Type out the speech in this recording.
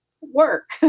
work